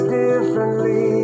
differently